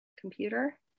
computer